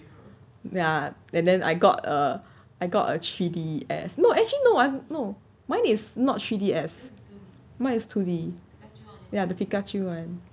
ya and then I got uh I got a three D_S no eh no actually no ah no mine is not three D_S mine is two D ya the pikachu [one]